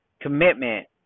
commitment